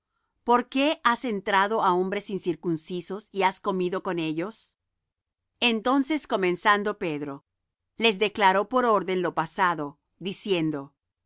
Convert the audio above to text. por qué has entrado á hombres incircuncisos y has comido con ellos entonces comenzando pedro les declaró por orden lo pasado diciendo